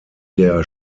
der